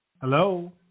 Hello